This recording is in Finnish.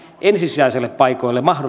ensisijaisille paikoille mahdollisimman paljon